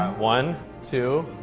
one, two,